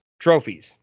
trophies